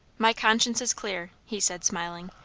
my conscience is clear! he said, smiling.